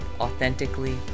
authentically